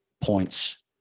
Points